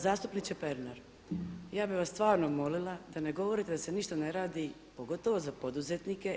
Zastupniče Pernar, ja bih vas stvarno molila da ne govorite da se ništa ne radi pogotovo za poduzetnike.